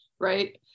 right